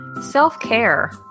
self-care